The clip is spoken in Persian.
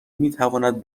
میتواند